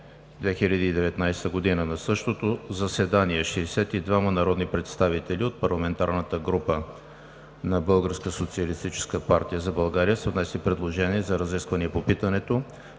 2019 г. На същото заседание 62 народни представители от парламентарната група на „БСП за България“ са внесли предложение за разисквания по питането